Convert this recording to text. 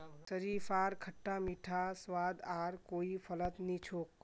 शरीफार खट्टा मीठा स्वाद आर कोई फलत नी छोक